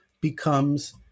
becomes